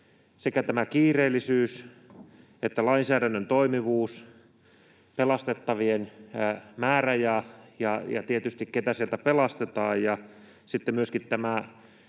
Sekä tämä kiireellisyys että lainsäädännön toimivuus, pelastettavien määrä ja tietysti se, keitä sieltä pelastetaan, ja sitten myöskin tässä